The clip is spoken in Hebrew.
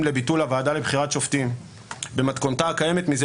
לביטול הוועדה לבחירת שופטים במתכונתה הקיימת מזה